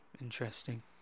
Interesting